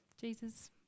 Jesus